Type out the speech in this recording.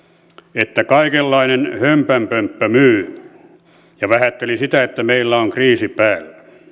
että kaikenlainen hömpänpömppä myy ja vähätteli sitä että meillä on kriisi päällä